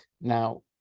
Now